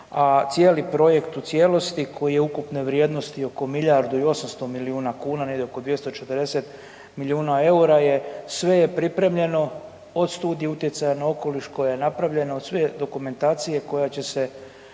cijeli projekt u cijelosti koji je ukupne vrijednosti oko milijardu i 800 milijuna kuna, negdje oko 240 milijuna EUR-a je, sve je pripremljeno od studija utjecaja na okoliš koja je napravljena od sve dokumentacija koja će se,